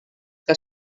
que